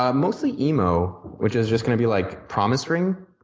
um mostly emo, which is just going to be like promise ring.